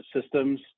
systems